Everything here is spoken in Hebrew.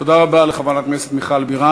תודה רבה לחברת הכנסת מיכל בירן.